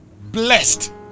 Blessed